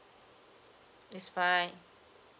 it's fine